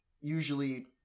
usually